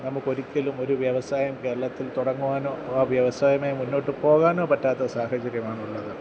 നമുക്കൊരിക്കലും ഒരു വ്യവസായം കേരളത്തിൽ തുടങ്ങുവാനോ ആ വ്യവസായവുമായി മുന്നോട്ട് പോകാനോ പറ്റാത്ത സാഹചര്യമാണുള്ളത്